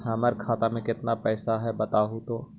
हमर खाता में केतना पैसा है बतहू तो?